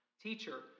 Teacher